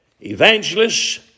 Evangelists